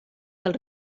del